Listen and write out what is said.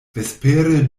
vespere